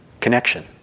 connection